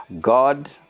god